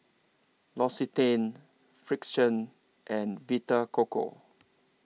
L'Occitane Frixion and Vita Coco